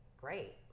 great